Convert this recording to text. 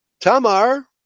Tamar